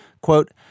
Quote